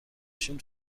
شیم